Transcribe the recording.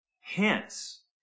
Hence